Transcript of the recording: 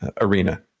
arena